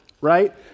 right